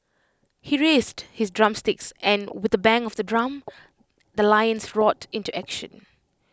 he raised his drumsticks and with A bang of the drum the lions roared into action